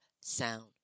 sound